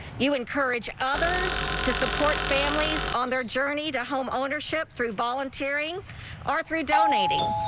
you encourage others to support families on their journey to homeownership through volunteering our three donating.